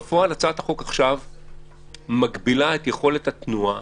בפועל, הצעת החוק עכשיו מגבילה את יכולת התנועה